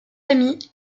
ami